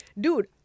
dude